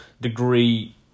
degree